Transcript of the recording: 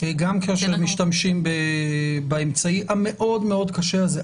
גם כאשר משתמשים באמצעי המאוד קשה הזה.